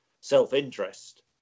self-interest